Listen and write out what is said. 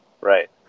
Right